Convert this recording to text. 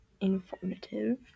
informative